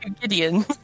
Gideon